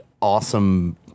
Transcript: awesome